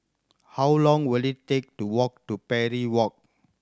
how long will it take to walk to Parry Walk